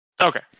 Okay